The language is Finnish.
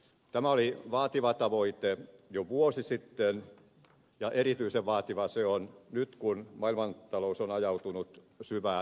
tämä oli vaativa tavoite jo vuosi sitten ja erityisen vaativa se on nyt kun maailmantalous on ajautunut syvään lamaan